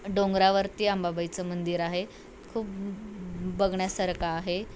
डोंगरावरती अंबाबाईचं मंदिर आहे खूप बघण्यासारखं आहे